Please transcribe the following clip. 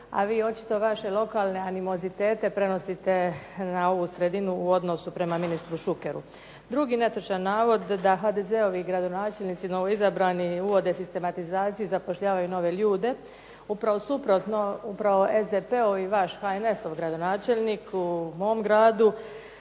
a vi očito vaše lokalne animozitete prenosite na ovu sredinu u odnosu prema ministru Šukeru. Drugi netočan navod da HDZ-ovi gradonačelnici novoizabrani uvode sistematizaciju i zapošljavaju nove ljude, upravo suprotno, upravo SDP-ov i vaš HNS-ov gradonačelnik u mom gradu